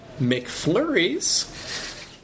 McFlurries